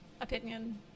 opinion